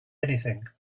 anything